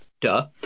duh